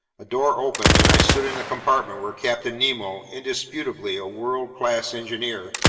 a door opened, and i stood in the compartment where captain nemo, indisputably a world-class engineer,